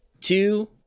two